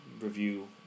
review